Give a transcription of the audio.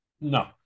No